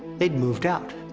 they'd moved out.